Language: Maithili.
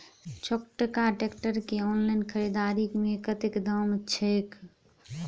छोटका ट्रैक्टर केँ ऑनलाइन खरीददारी मे कतेक दाम छैक?